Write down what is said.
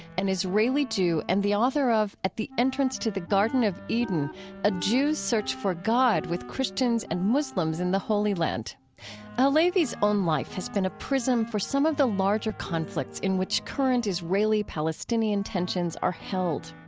and israeli jew and the author of at the entrance to the garden of eden a jew's search for god with christians and muslims in the holy land halevi's own life has been a prism for some of the larger conflicts in which current israeli palestinian tensions are held.